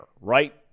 right